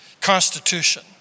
constitution